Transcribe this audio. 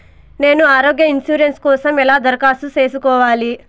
నేను ఆరోగ్య ఇన్సూరెన్సు కోసం ఎలా దరఖాస్తు సేసుకోవాలి